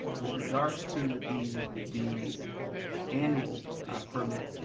with regards to the the annual permit,